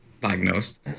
diagnosed